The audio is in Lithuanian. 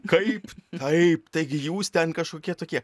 kaip taip taigi jūs ten kažkokie tokie